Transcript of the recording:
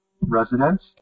residence